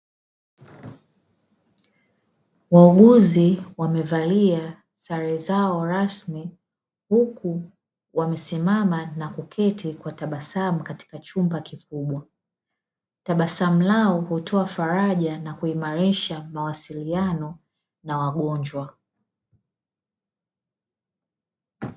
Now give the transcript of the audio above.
Wauguzi wamevalia sare zao rasmi, huku wamesimama na kuketi kwa tabasamu katika chumba kikubwa. Tabasamu lao hutoa faraha na kuimarisha mawasiliano na wagonjwa.